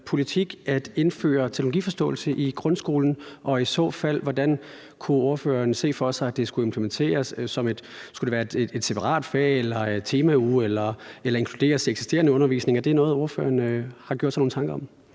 at indføre teknologiforståelse i grundskolen, og hvordan kunne ordføreren i så fald se for sig, at det skulle implementeres? Skulle det være et separat fag, en temauge eller inkluderes i eksisterende undervisning? Er det noget, ordføreren har gjort sig nogle tanker om?